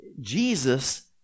jesus